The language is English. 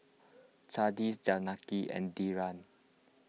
Chandi Janaki and Dhyan